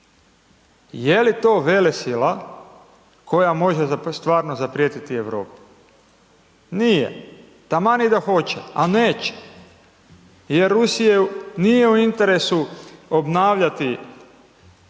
Je li to velesila koja može stvarno zaprijetiti Europi? Nije, taman i da hoće, a neće jer Rusiji nije u interesu obnavljati